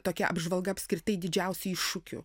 tokia apžvalga apskritai didžiausių iššūkių